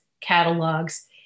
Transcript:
catalogs